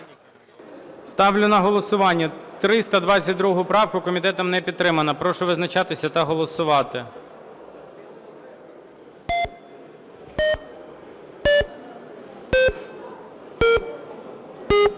Ставлю на голосування 13 правку. Комітетом не підтримана. Прошу визначатися та голосувати.